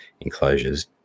enclosures